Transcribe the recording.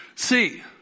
See